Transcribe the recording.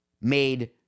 made